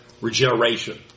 regeneration